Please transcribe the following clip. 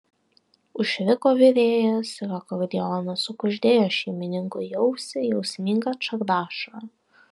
užriko virėjas ir akordeonas sukuždėjo šeimininkui į ausį jausmingą čardašą